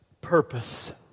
purpose